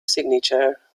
signature